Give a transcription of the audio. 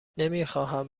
نمیخواهم